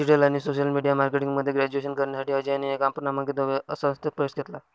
digital आणि social media marketing मध्ये graduation करण्यासाठी अजयने एका नामांकित संस्थेत प्रवेश घेतला